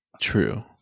True